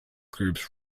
groups